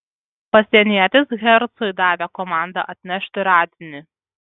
pasienietis hercui davė komandą atnešti radinį